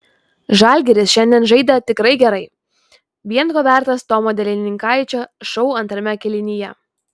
žalgiris šiandien žaidė tikrai gerai vien ko vertas tomo delininkaičio šou antrame kėlinyje